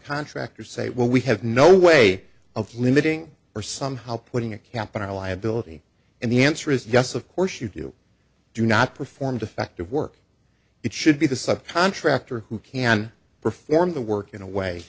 contractors say well we have no way of limiting or somehow putting a cap on our liability and the answer is yes of course you do do not perform defective work it should be the sub contractor who can perform the work in a way